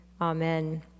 Amen